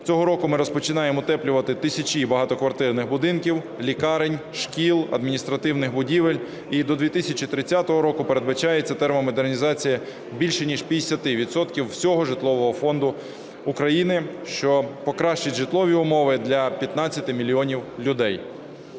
Цього року ми розпочинаємо утеплювати тисячі багатоквартирних будинків, лікарень, шкіл, адміністративних будівель. І до 2030 року передбачається термомодернізація більше ніж 50 відсотків всього Житлового фонду України, що покращить житлові умови для 15 мільйонів людей.